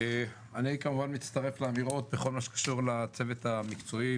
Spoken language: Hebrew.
אני כמובן מצטרף לאמירות בכל מה שקשור לצוות המקצועי,